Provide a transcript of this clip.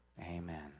Amen